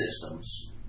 systems